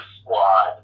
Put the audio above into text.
squad